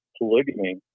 polygamy